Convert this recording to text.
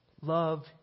love